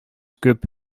күп